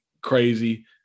crazy